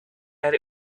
and